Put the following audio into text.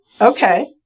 Okay